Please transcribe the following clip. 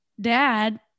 dad